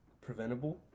Preventable